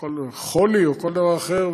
בגלל חולי או כל דבר אחר,